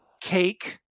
Cake